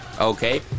Okay